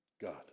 God